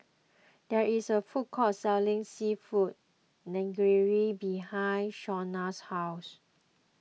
there is a food court selling Seafood Linguine behind Shawnna's house